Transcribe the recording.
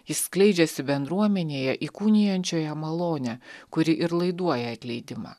jis skleidžiasi bendruomenėje įkūnijančioje malonę kuri ir laiduoja atleidimą